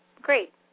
great